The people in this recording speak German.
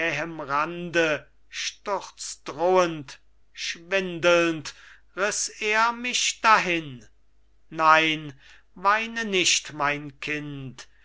jähem rande sturzdrohend schwindelnd riß er mich dahin nein weine nicht mein kind